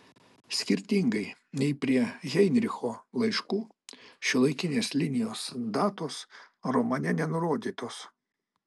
skirtingai nei prie heinricho laiškų šiuolaikinės linijos datos romane nenurodytos